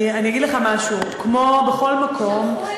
אני אגיד לך משהו: כמו בכל מקום,